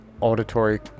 auditory